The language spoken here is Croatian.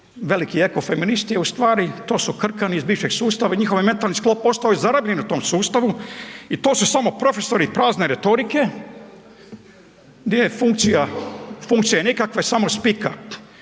veliki ekofeministi, a ustvari to su krkani iz bivšeg sustava i njihov je mentalni sklop ostao zarobljen u tom sustavu i to su samo profesori prazne retorike gdje je funkcija nikakva samo spika.